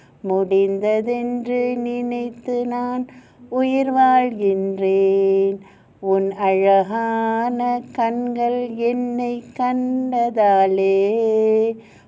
முடிந்ததென்று நினைத்து நான் உயிர் வாழ்கின்றேன் உன் அழகான கண்கள் என்னை கண்டதாலே:muinthathendru niniaththu naan uyir vaazhgindren un azhagaana kankal ennai kandathale